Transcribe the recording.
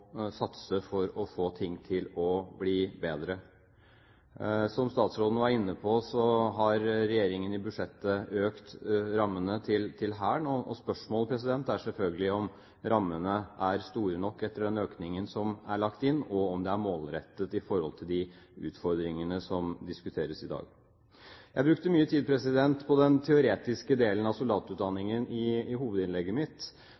satse for å få ting til å bli bedre. Som statsråden var inne på, har regjeringen i budsjettet økt rammene til Hæren. Spørsmålet er selvfølgelig om rammene er store nok etter den økningen som er lagt inn, og om de er målrettet i forhold til de utfordringene som diskuteres i dag. Jeg brukte mye tid på den teoretiske delen av soldatutdanningen i hovedinnlegget mitt,